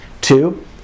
Two